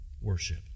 worship